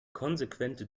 konsequente